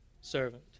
servant